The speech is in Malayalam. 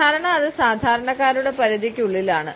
സാധാരണ അത് സാധാരണക്കാരുടെ പരിധിക്കുള്ളിലാണ്